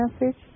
message